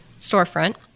storefront